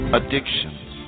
addictions